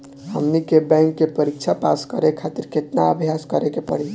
हमनी के बैंक के परीक्षा पास करे खातिर केतना अभ्यास करे के पड़ी?